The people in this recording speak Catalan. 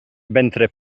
ventre